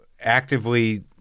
actively